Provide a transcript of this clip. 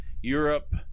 Europe